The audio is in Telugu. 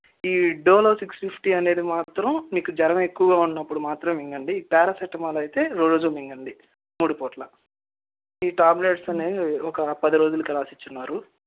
ఈ డోలో సిక్స్ ఫిఫ్టీ అనేది మాత్రం మీకు జ్వరం ఎక్కువగా ఉన్నప్పుడు మాత్రం మింగండి ఈ ప్యారాసిటమాల్ అయితే రోజు మింగండి మూడు పూటలా ఈ టాబ్లెట్స్ అనేవి ఒక పది రోజులకి రాసిచ్చున్నారు